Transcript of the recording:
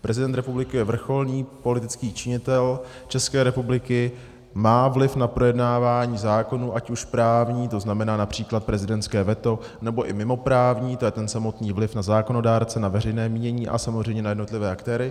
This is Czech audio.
Prezident republiky je vrcholný politický činitel České republiky, má vliv na projednávání zákonů, ať už právní, to znamená například prezidentské veto, nebo i mimoprávní, to je ten samotný vliv na zákonodárce, na veřejné mínění a samozřejmě na jednotlivé aktéry.